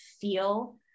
feel